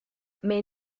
mais